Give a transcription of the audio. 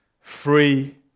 free